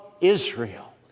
Israel